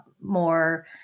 more